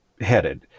headed